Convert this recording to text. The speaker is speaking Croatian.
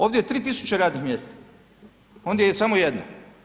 Ovdje je 3.000 radnih mjesta ondje je samo jedno.